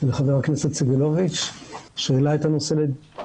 לח"כ סגלוביץ שהעלה את הנושא לדיון